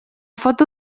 foto